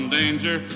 danger